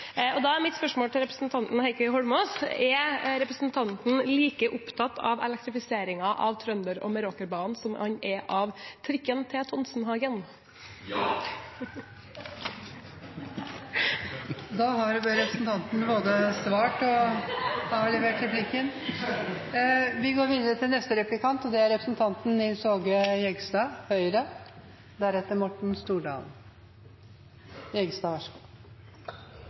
Da er mitt spørsmål til representanten Heikki Eidsvoll Holmås: Er representanten like opptatt av elektrifiseringen av Trønderbanen og Meråkerbanen som han er av trikk til Tonsenhagen? Ja. Da har representanten både svart og avlevert replikksvaret. Vi går videre til neste replikant. Nå har vi den tredje representanten